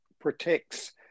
protects